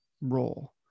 role